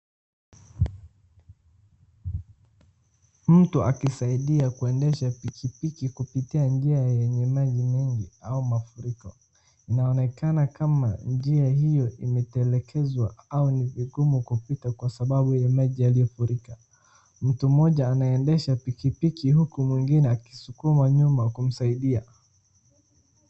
Mtu akisaidia kuendesha pikipiki kupitia njia yenye maji mengi au mafuriko ,inaonekana kama njia iyo imetelekezwa au ni vigumu kupita kwa sababu ya maji yaliyofurika, mtu mmoja anaendesha pikipiki huku mwingne akisukuma nyuma kumsaidia.